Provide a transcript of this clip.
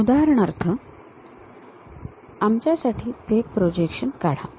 उदाहरणार्थ आमच्यासाठी ते प्रोजेक्शन काढा